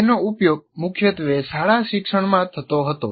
તેનો ઉપયોગ મુખ્યત્વે શાળા શિક્ષણમાં થતો હતો